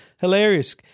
Hilarious